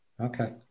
Okay